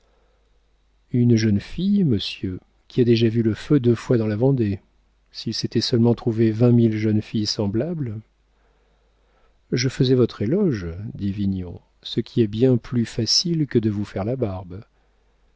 une jeune fille monsieur qui a déjà vu le feu deux fois dans la vendée s'il s'était seulement trouvé vingt mille jeunes filles semblables je faisais votre éloge dit vignon ce qui est bien plus facile que de vous faire la barbe